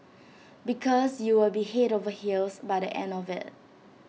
because you will be Head over heels by the end of IT